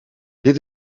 dit